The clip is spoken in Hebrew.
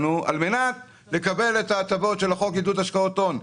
על מנת לקבל הטבות של חוק עידוד השקעות הון.